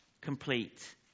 complete